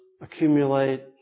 accumulate